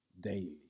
daily